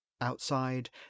Outside